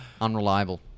unreliable